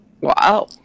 Wow